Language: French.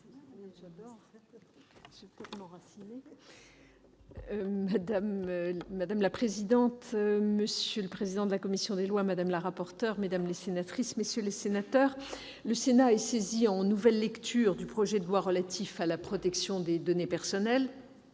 Madame la présidente, monsieur le président de la commission des lois, madame la rapporteur, mesdames les sénatrices, messieurs les sénateurs, le Sénat est saisi en nouvelle lecture du projet de loi relatif à la protection des données personnelles.